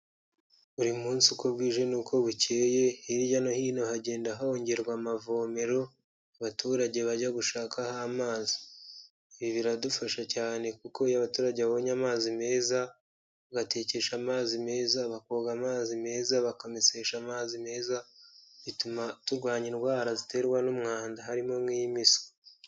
Buri munsi uko bwije n'uko bukeye hirya no hino hagenda hongerwa amavomero, abaturage bajya gushakaho amazi, ibi biradufasha cyane kuko iyo abaturage babonye amazi meza, bagatekesha amazi meza, bakoga amazi meza, bakamesesha amazi meza, bituma turwanya indwara ziterwa n'umwanda harimo nk'impiswi.